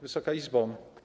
Wysoka Izbo!